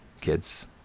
kids